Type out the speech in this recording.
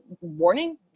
warning